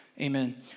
amen